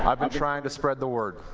have been trying to spread the word.